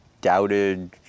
doubted